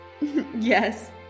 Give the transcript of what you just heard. Yes